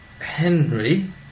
Henry